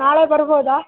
ನಾಳೆ ಬರ್ಬೋದಾ